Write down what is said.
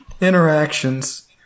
Interactions